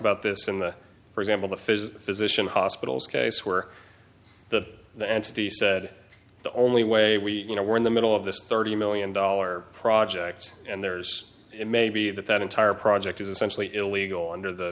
about this in the for example the physicians hospitals case where the the anstey said the only way we you know we're in the middle of this thirty million dollar projects and there's maybe that that entire project is essentially illegal under the